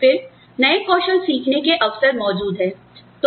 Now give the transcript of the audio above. फिर नए कौशल सीखने के अवसर मौजूद हैं